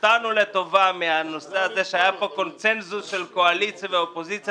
הופתענו לטובה מהקונצנזוס של קואליציה ואופוזיציה